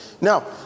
Now